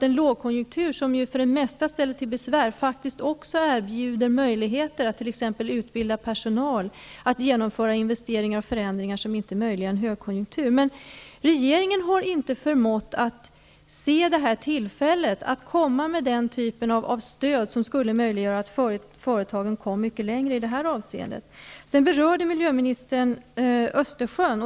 En lågkonjunktur, som för det mesta ställer till med besvär, kan också erbjuda möjligheter att t.ex. utbilda personal och genomföra investeringar och förändringar som inte är möjliga i en högkonjunktur. Regeringen har inte förmått att ta tillfället i akt och föreslå den typen av stöd som skulle göra det möjligt för företagen att komma längre i det avseendet. Miljöministern berörde frågan om Östersjön.